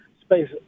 space